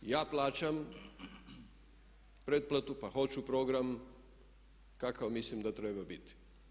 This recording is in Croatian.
Ja plaćam pretplatu pa hoću program kakav mislim da treba biti.